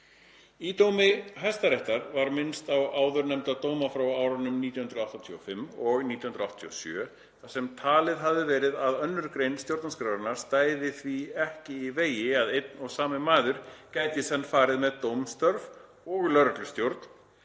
Í dómi Hæstaréttar er minnst á áðurnefnda dóma frá árunum 1985 og 1987 þar sem talið hafði verið að 2. gr. stjórnarskrárinnar stæði því ekki í vegi að einn og sami maður geti í senn farið með dómstörf og lögreglustjórn,